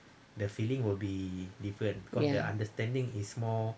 ya